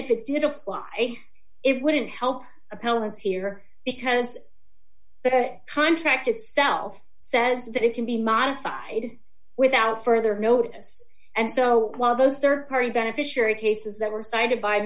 if it did apply it wouldn't help appellants here because the contract itself says that it can be modified without further notice and so while those rd party beneficiary cases that were cited by